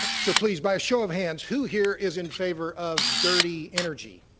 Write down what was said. so, please, by a show of hands, who here is in favor of dirty energy?